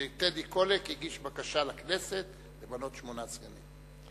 שטדי קולק הגיש בקשה לכנסת למנות שמונה סגנים.